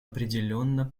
определенно